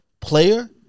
Player